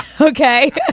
Okay